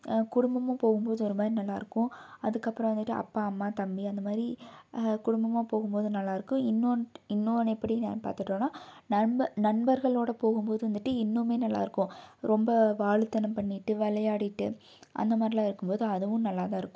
குடும்பமாக போகும்போது ஒருமாதிரி நல்லாயிருக்கும் அதுக்கப்புறம் வந்துட்டு அப்பா அம்மா தம்பி அந்தமாதிரி குடும்பமாக போகும்போது நல்லாயிருக்கும் இன்னொன்று இன்னொன்று எப்படின்னா பார்த்துட்டோன்னா நண்பர் நண்பர்களோடு போகும்போது வந்துட்டு இன்னுமே நல்லாயிருக்கும் ரொம்ப வாலுத்தனம் பண்ணிட்டு விளையாடிட்டு அந்தமாதிரில்லாம் இருக்கும்போது அதுவும் நல்லாதான் இருக்கும்